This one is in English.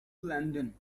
london